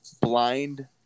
blind